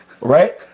right